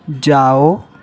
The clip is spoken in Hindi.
जाओ